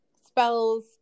spells